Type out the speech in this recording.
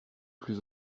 plus